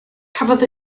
cafodd